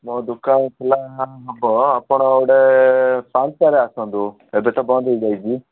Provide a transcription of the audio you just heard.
ମୋ ଦୋକାନ ଖୁଲା ହେବ ଆପଣ ଗୋଟେ ପାଞ୍ଚଟାରେ ଆସନ୍ତୁ ଏବେ ତ ବନ୍ଦ ହେଇ ଯାଇଛି